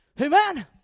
amen